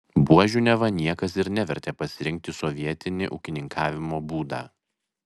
buožių neva niekas ir nevertė pasirinkti sovietini ūkininkavimo būdą